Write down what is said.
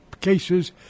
cases